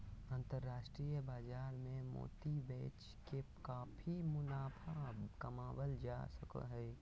अन्तराष्ट्रिय बाजार मे मोती बेच के काफी मुनाफा कमावल जा सको हय